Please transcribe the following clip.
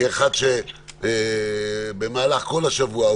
כאחד שבמהלך כל השבוע,